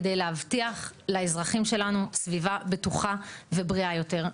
כדי להבטיח לאזרחים שלנו סביבה בטוחה ובריאה יותר.